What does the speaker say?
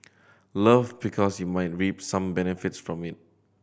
love because you might reap some benefits from it